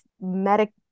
medic